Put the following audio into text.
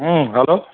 hello